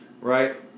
Right